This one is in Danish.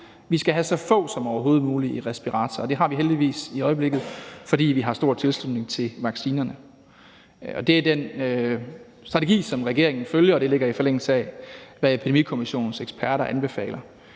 Vi skal have så få som overhovedet muligt i respirator, og det har vi heldigvis i øjeblikket, fordi vi har stor tilslutning til vaccinerne. Det er den strategi, regeringen følger, og det ligger i forlængelse af, hvad Epidemikommissionens eksperter anbefaler.